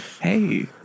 Hey